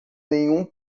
nenhum